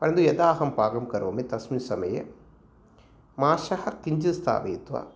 परन्तु यदा अहं पाकं करोमि तस्मिन् समये माषः किञ्चित् स्थापयित्वा